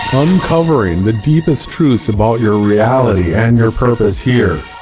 uncovering the deepest truths about your reality and your purpose here